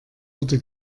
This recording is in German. wurde